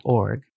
org